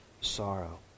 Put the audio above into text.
sorrow